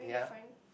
we get